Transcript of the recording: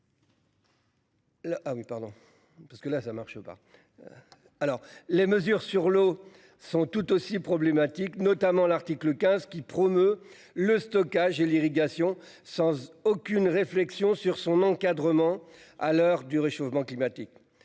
les mesures sur l'eau sont tout aussi problématique, notamment l'article 15 qui promeut le stockage et l'irrigation, sans aucune réflexion sur son encadrement. À l'heure du réchauffement climatique.